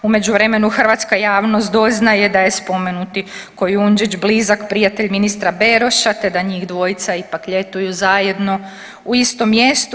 U međuvremenu hrvatska javnost doznaje da je spomenuti Kujundžić blizak prijatelj ministra Beroša, te da njih dvojica ipak ljetuju zajedno u istom mjestu.